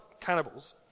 cannibals